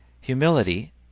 Humility